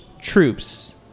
troops